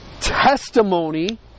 testimony